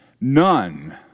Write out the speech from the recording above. none